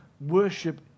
worship